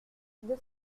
deux